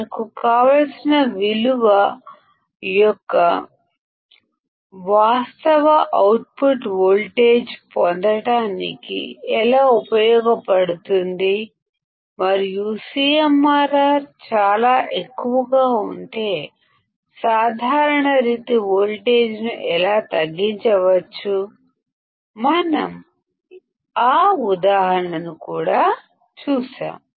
మనకు కావలసిన వాస్తవ అవుట్పుట్ వోల్టేజ్ విలువ పొందడానికి ఎలా ఉపయోగ పడుతుంది మరియు CMRR చాలా ఎక్కువగా ఉంటే కామన్ మోడ్ వోల్టేజ్ ను ఎలా తగ్గించవచ్చు మనం ఆ ఉదాహరణను కూడా చూశాము